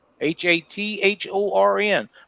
h-a-t-h-o-r-n